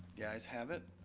the ayes have it.